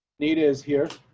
need is here.